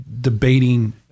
debating